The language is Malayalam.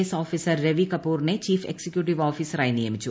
എസ് ഓഫീസർ രവി കപൂറിനെ ചീഫ് എക്സിക്യൂട്ടീവ് ഓഫീസറായി നിയമിച്ചു